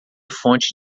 fonte